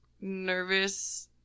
nervous